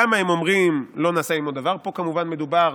למה הם אומרים שלא נעשה עימו דבר, פה כמובן מדובר